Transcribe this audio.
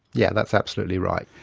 yeah that's absolutely right.